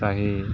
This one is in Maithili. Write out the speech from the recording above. चाही